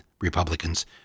Republicans